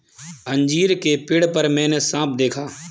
अंजीर के पेड़ पर मैंने साँप देखा